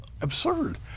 Absurd